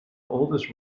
oldest